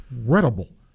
incredible